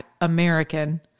American